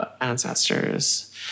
ancestors